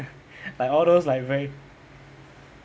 like all those like very